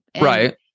right